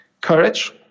courage